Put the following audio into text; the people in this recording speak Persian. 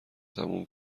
تموم